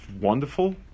wonderful